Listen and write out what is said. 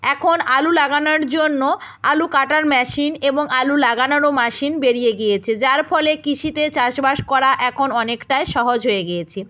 এখন আলু লাগানার জন্য আলু কাটার মেশিন এবং আলু লাগানোরও মেশিন বেরিয়ে গিয়েছে যার ফলে কৃষিতে চাষবাস করা এখন অনেকটাই সহজ হয়ে গিয়েছে